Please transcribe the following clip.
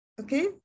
Okay